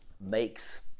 makes